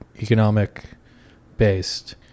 economic-based